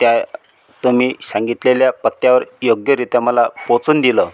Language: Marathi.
त्या तुम्ही सांगितलेल्या पत्त्यावर योग्यरीत्या मला पोहचून दिलं